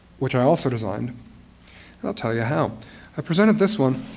which i also designed. and i'll tell you how i presented this one,